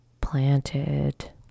planted